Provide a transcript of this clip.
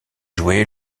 joué